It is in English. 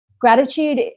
gratitude